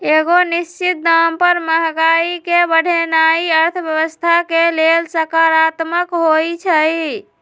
एगो निश्चित दाम पर महंगाई के बढ़ेनाइ अर्थव्यवस्था के लेल सकारात्मक होइ छइ